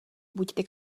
buďte